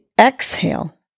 exhale